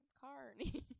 Carney